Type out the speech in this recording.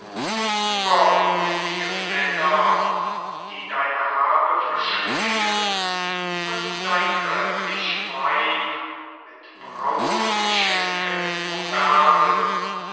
übermütige männer die deine habe verschlingen und dein göttliches weib mit brautgeschenken umwerben